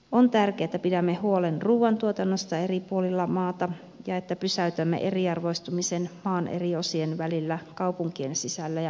on tärkeää että pidämme huolen ruuan tuotannosta eri puolilla maata ja että pysäytämme eriarvoistumisen maan eri osien välillä kaupunkien sisällä ja asuinalueiden välillä